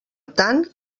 tant